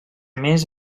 més